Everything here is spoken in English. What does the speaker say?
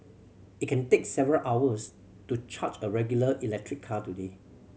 it can take several hours to charge a regular electric car today